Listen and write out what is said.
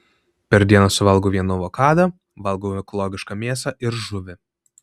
per dieną suvalgau vieną avokadą valgau ekologišką mėsą ir žuvį